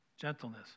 Gentleness